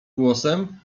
głosem